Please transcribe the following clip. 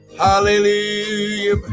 Hallelujah